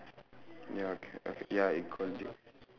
ya ca~ okay ya it called it